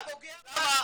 אתה פוגע בנו,